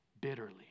bitterly